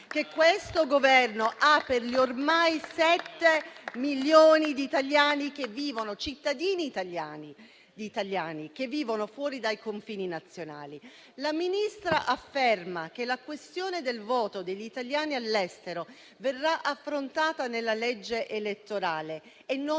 che questo Governo ha per gli ormai 7.000.000 di cittadini italiani che vivono fuori dai confini nazionali. La Ministra afferma che la questione del voto degli italiani all'estero verrà affrontata nella legge elettorale e non